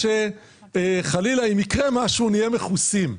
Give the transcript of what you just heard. כדי שחלילה אם יקרה משהו הם יהיו מכוסים.